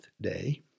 day